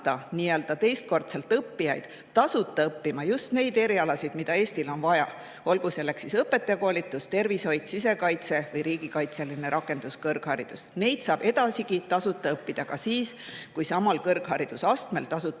nii-öelda teist korda õppijaid tasuta õppima just neid erialasid, mida Eestil on vaja, olgu selleks õpetajakoolitus, tervishoid, sisekaitse või riigikaitseline rakenduskõrgharidus. Neid saab edaspidigi tasuta õppida ka siis, kui samal kõrgharidusastmel tasuta